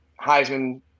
Heisman